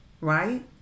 right